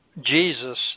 Jesus